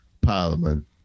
Parliament